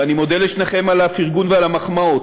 ואני מודה לשניכם על הפרגון ועל המחמאות.